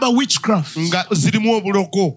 witchcraft